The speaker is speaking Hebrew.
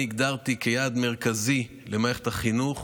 אני הגדרתי כיעד מרכזי למערכת החינוך,